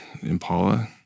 Impala